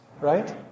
right